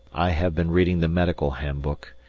i have been reading the medical handbook,